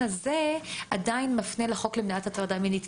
הזה עדיין מפנה לחוק למניעת הטרדה מינית,